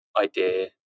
idea